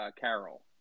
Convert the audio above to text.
carol